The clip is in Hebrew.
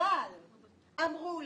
אמרו לי,